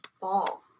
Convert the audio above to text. fall